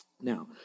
Now